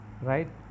Right